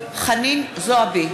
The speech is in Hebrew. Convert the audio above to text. חנין זועבי,